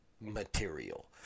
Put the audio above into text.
material